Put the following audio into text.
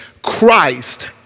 Christ